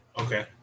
Okay